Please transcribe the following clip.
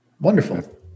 Wonderful